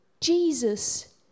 Jesus